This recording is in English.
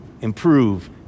improve